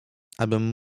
abym